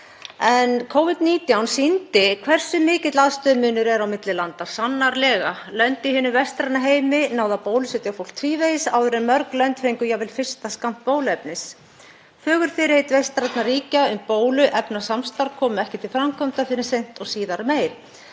Covid-19 sýndi hversu mikill aðstöðumunur er á milli landa sannarlega. Lönd í hinum vestræna heimi náðu að bólusetja fólk tvívegis áður en mörg lönd fengu jafnvel fyrsta skammt bóluefnis. Fögur fyrirheit vestrænna ríkja um bóluefnasamstarf komu ekki til framkvæmda fyrr en seint og síðar meir.